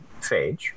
Phage